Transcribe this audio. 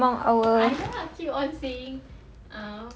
slimmest among our